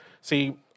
See